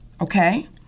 okay